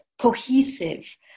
cohesive